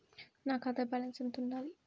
నా ఖాతా బ్యాలెన్స్ ఎంత ఉండాలి?